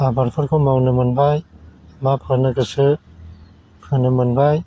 आबादफोरखौ मावनो मोनबाय मा फोनो गोसो फोनो मोनबाय